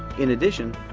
in addition,